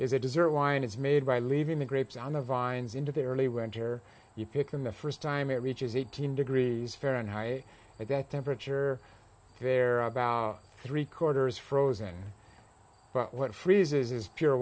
a dessert wine is made by leaving the grapes on the vines into the early winter you pick them the first time it reaches eighteen degrees fahrenheit i like that temperature there are about three quarters frozen but what freezes is pure